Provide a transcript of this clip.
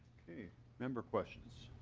member questions?